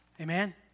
Amen